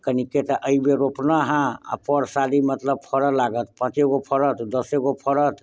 कनिक्के तऽ एहि बेर रोपलहुॅं हें आ पर साल ई मतलब फरऽ लागत पाँचे गो फड़त दसे गो फड़त